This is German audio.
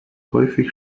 häufig